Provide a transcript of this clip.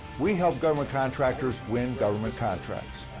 we help government contractors win government contracts,